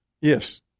Yes